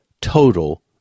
total